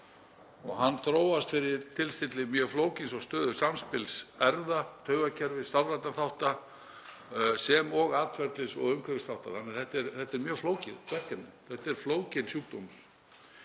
og hann þróast fyrir tilstilli mjög flókins og stöðugs samspils erfða, taugakerfis, sálrænna þátta sem og atferlis- og umhverfisþátta, þannig að þetta er mjög flókið verkefni. Þetta er flókinn sjúkdómur.